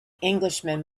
englishman